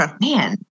man